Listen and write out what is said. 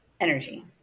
energy